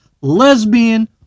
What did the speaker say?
lesbian